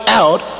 out